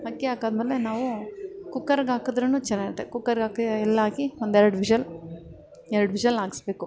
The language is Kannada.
ಅಕ್ಕಿ ಹಾಕಾದ್ಮೇಲೆ ನಾವು ಕುಕ್ಕರಿಗೆ ಹಾಕಿದ್ರೂನು ಚೆನ್ನಾಗಿರುತ್ತೆ ಕುಕ್ಕರಿಗೆ ಹಾಕಿ ಎಲ್ಲ ಹಾಕಿ ಒಂದು ಎರಡು ವಿಶಲ್ ಎರಡು ವಿಶಲ್ ಹಾಕ್ಸ್ಬೇಕು